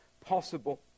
possible